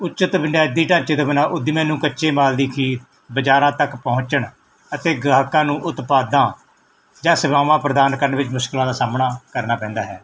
ਉੱਚਿਤ ਬੁਨਿਆਦੀ ਢਾਚੇ ਤੋਂ ਬਿਨਾਂ ਉਦਮੀਆਂ ਨੂੰ ਕੱਚੇ ਮਾਲ ਦੀ ਖੀਰ ਬਜ਼ਾਰਾਂ ਤੱਕ ਪਹੁੰਚਣ ਅਤੇ ਗ੍ਰਾਹਕਾਂ ਨੂੰ ਉਤਪਾਦਾਂ ਜਾਂ ਸੇਵਾਵਾਂ ਪ੍ਰਦਾਨ ਕਰਨ ਵਿੱਚ ਮੁਸ਼ਕਿਲਾਂ ਦਾ ਸਾਹਮਣਾ ਕਰਨਾ ਪੈਂਦਾ ਹੈ